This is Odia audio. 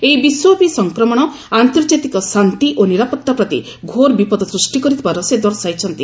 ଏହି ବିଶ୍ୱବ୍ୟାପି ସଂକ୍ରମଣ ଆନ୍ତର୍ଜାତିକ ଶାନ୍ତି ଓ ନିରାପତ୍ତା ପ୍ରତି ଘୋର ବିପଦ ସୃଷ୍ଟି କରିଥିବାର ସେ ଦର୍ଶାଇଛନ୍ତି